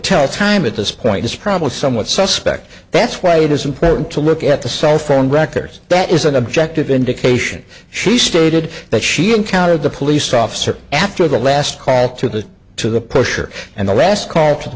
tell time at this point is probably somewhat suspect that's why it is important to look at the so no phone records that is an objective indication she stated that she encountered the police officer after the last call to the to the pusher and the last call to